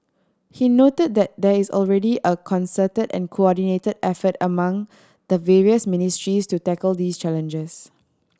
he noted that there is already a concerted and coordinated effort among the various ministries to tackle these challenges